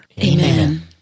Amen